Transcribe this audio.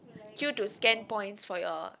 queue to scan points for your